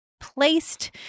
placed